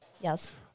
Yes